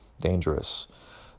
dangerous